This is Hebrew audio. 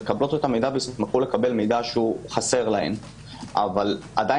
ישמחו לקבל מידע שחסר להן אבל עדיין